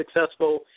successful